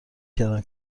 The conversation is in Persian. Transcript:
کردم